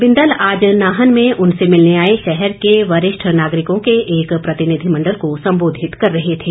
बिंदल आज नाहन में उनसे मिलने आए शहर के वरिष्ठ नागरिकों के एक प्रतिनिधिमंडल को संबोधित कर रहे थे